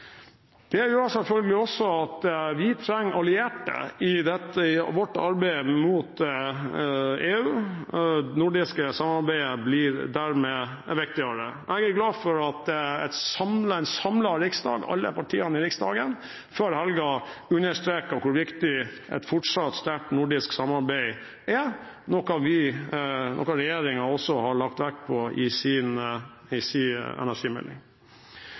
at vi trenger allierte i vårt arbeid mot EU. Det nordiske samarbeidet blir dermed viktigere. Jeg er glad for at en samlet riksdag – alle partiene i Riksdagen – før helgen understreket hvor viktig et fortsatt sterkt nordisk samarbeid er, noe regjeringen også har lagt vekt på i sin energimelding. Vi vet også at i